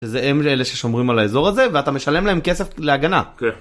זה הם אלה ששומרים על האזור הזה ואתה משלם להם כסף להגנה.